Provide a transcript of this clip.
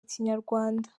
kinyarwanda